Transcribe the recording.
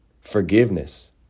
forgiveness